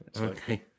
Okay